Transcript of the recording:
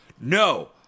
no